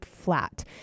flat